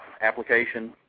application